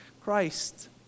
Christ